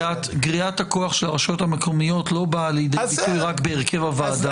גריעת הכוח של הרשויות המקומיות לא באה לידי ביטוי רק בהרכב הוועדה.